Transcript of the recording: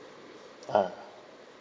ha